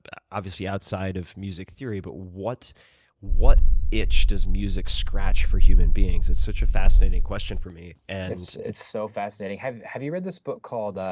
obviously outside of music theory, but what what itch does music scratch for human beings? it's such a fascinating question for me. and it's so fascinating. have have you read this book called, ah